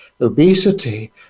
obesity